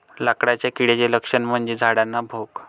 लाकडाच्या किड्याचे लक्षण म्हणजे झाडांना भोक